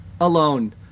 alone